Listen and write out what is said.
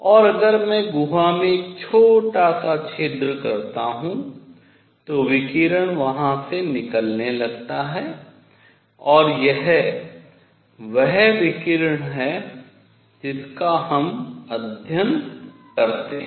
और अगर मैं गुहा में एक छोटा सा छिद्र करता हूँ तो विकिरण यहां से निकलने लगता है और यह वह विकिरण है जिसका हम अध्ययन करते हैं